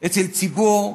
אצל ציבור,